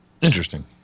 Interesting